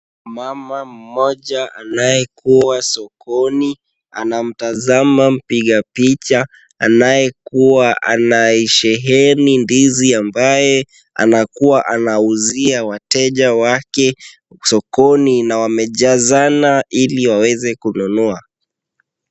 Mama mmoja anayekuwa sokoni anamtazama mpiga picha, anayekuwa anaisheheni ndizi ambaye anakuwa anauzia wateja wake sokoni na wamejazana ili waweze kununua.